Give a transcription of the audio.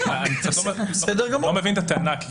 אני לא מבין את הטענה.